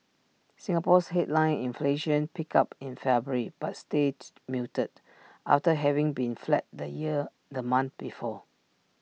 Singapore's headline inflation picked up in February but stayed muted after having been flat the year the month before